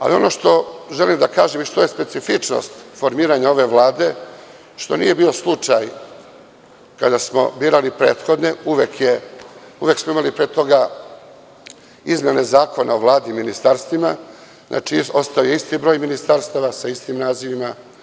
Ali, ono što želim da kažem i što je specifičnost formiranja ove Vlade, što nije bio slučaj kada smo birali prethodne, uvek smo imali pre toga izmene Zakona o Vladi i Ministarstvima, znači, ostao je isti broj ministarstava sa istim nazivima.